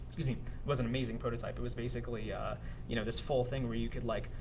was i mean was an amazing prototype. it was basically you know this full thing, where you could like,